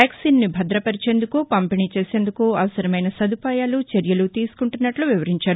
వ్యాక్సిన్ను భద్రపరిచేందుకు పంపిణీ చేసేందుకు అవసరమైన సదుపాయాలుచర్యలు తీసుకుంటున్నట్లు వివరించారు